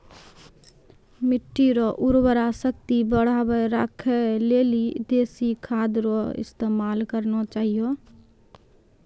मिट्टी रो उर्वरा शक्ति बढ़ाएं राखै लेली देशी खाद रो इस्तेमाल करना चाहियो